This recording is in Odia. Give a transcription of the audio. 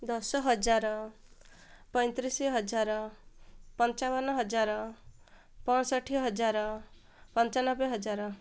ଦଶ ହଜାର ପଇଁତିରିଶ ହଜାର ପଞ୍ଚାବନ ହଜାର ପଞ୍ଚଷଠି ହଜାର ପଞ୍ଚାନବେ ହଜାର